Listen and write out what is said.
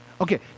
Okay